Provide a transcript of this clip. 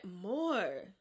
more